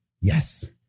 Yes